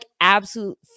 absolute